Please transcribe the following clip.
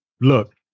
Look